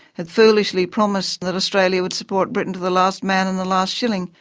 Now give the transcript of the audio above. had foolishly promised that australia would support britain to the last man and the last shilling,